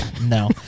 no